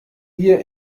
ihr